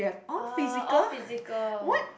ah all physical